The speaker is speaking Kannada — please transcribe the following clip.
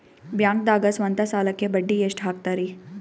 ಬ್ಯಾಂಕ್ದಾಗ ಸ್ವಂತ ಸಾಲಕ್ಕೆ ಬಡ್ಡಿ ಎಷ್ಟ್ ಹಕ್ತಾರಿ?